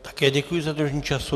Také děkuji za dodržení času.